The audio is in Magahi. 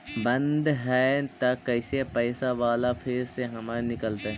बन्द हैं त कैसे पैसा बाला फिर से हमर निकलतय?